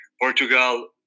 Portugal